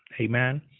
Amen